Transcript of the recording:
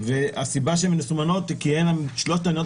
והצבע שהן מסומנות כי הן שלושת המדינות